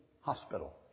hospital